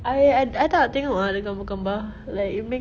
I I tak nak tengok ah the gambar-gambar like it makes